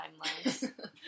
timelines